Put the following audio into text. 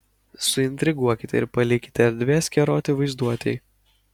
suintriguokite ir palikite erdvės keroti vaizduotei